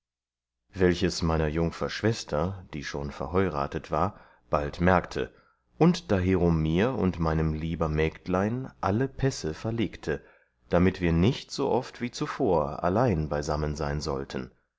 welches meiner jungfer schwester die schon verheuratet war bald merkte und dahero mir und meinem lieber mägdlein alle pässe verlegte damit wir nicht so oft wie zuvor allein beisammen sein sollten